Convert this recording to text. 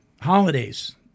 holidays